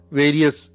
various